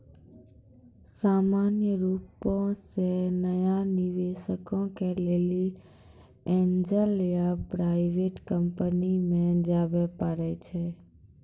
सामान्य रुपो से नया निबेशको के लेली एंजल या प्राइवेट कंपनी मे जाबे परै छै